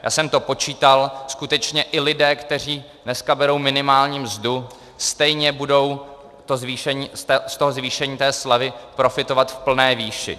Já jsem to počítal, skutečně i lidé, kteří dneska berou minimální mzdu, stejně budou z toho zvýšení té slevy profitovat v plné výši.